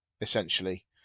essentially